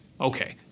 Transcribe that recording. Okay